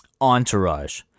Entourage